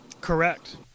Correct